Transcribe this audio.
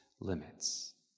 limits